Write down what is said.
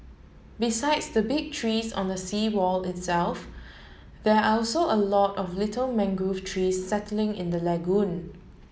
besides the big trees on the seawall itself there are also a lot of little mangrove trees settling in the lagoon